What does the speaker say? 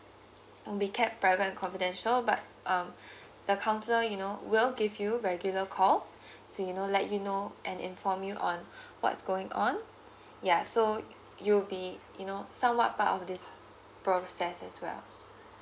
will be kept private and confidential but um the counsellor you know will give you regular calls to you know let you know and inform you on what's going on ya so you'll be you know somewhat part of this process as well